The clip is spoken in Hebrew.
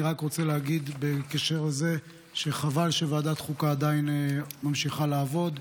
אני רק רוצה להגיד בקשר לזה שחבל שוועדת החוקה עדיין ממשיכה לעבוד.